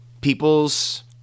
people's